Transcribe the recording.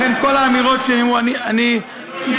לכן, כל האמירות, שלא יהיה